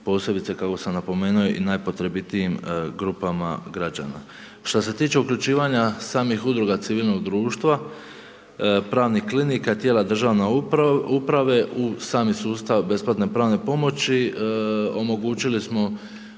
posebice kako sam napomenu i najpotrebitijim grupama građana. Šta se tiče uključivanja samih udruga civilnog društva, pravnih klinika, tijela državne uprave u sami sustav besplatne pravne pomoći omogućili smo